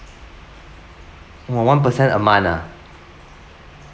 !wah! one percent a month ah